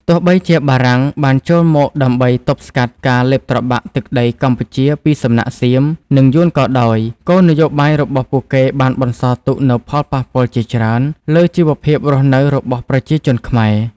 ទោះបីជាបារាំងបានចូលមកដើម្បីទប់ស្កាត់ការលេបត្របាក់ទឹកដីកម្ពុជាពីសំណាក់សៀម និងយួនក៏ដោយ គោលនយោបាយរបស់ពួកគេបានបន្សល់ទុកនូវផលប៉ះពាល់ជាច្រើនលើជីវភាពរស់នៅរបស់ប្រជាជនខ្មែរ។